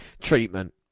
treatment